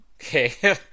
Okay